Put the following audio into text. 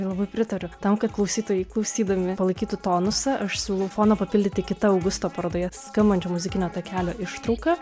ir labai pritariu tam kad klausytojai klausydami palaikytų tonusą aš siūlau foną papildyti kita augusto parodoje skambančio muzikinio takelio ištrauka